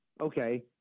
okay